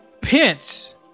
Pence